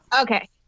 Okay